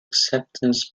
acceptance